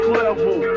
level